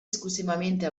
esclusivamente